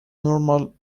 normal